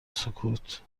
سکوت